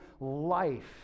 life